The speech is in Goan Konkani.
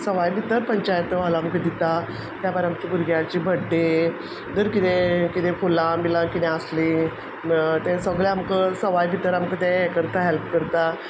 सवाय भितर पंचायती हॉल आमकां दिता त्या भायर आमची भुरग्यांची बड्डे धर कितें कितें फुलां बिलां कितें आसलीं तें सगळें आमकां सवाय भितर आमकां तें करता हेल्प करता